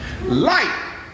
Light